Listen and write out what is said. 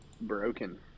broken